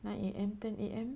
nine A_M 10 A_M